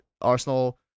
Arsenal